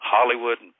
Hollywood